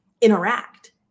interact